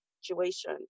situation